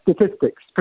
statistics